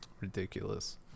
Ridiculous